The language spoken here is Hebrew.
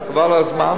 חבל על הזמן.